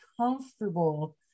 comfortable